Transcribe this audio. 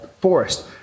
forest